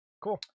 cool